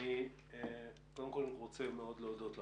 אני רוצה מאוד להודות לכם.